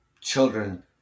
Children